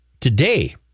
today